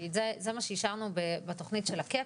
זה מה שאישרנו בתוכנית של ה-Cap,